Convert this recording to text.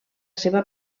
seva